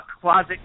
closet